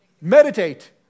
Meditate